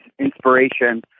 inspiration